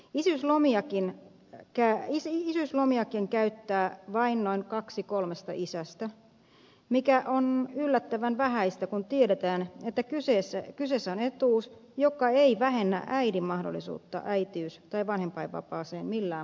jos lomiakin ja kääri hihansa isyyslomiakin käyttää vain noin kaksi kolmesta isästä mikä on yllättävän vähäistä kun tiedetään että kyseessä on etuus joka ei vähennä äidin mahdollisuutta äitiys tai vanhempainvapaaseen millään tavalla